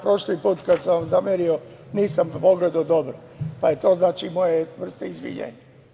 Prošli put kada sam vam zamerio nisam pogledao dobro, pa je to moja vrsta izvinjenja.